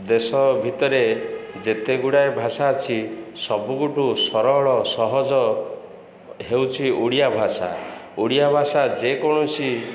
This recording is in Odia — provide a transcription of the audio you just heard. ଦେଶ ଭିତରେ ଯେତେ ଗୁଡ଼ାଏ ଭାଷା ଅଛି ସବୁଠୁ ସରଳ ସହଜ ହେଉଛି ଓଡ଼ିଆ ଭାଷା ଓଡ଼ିଆ ଭାଷା ଯେ କୌଣସି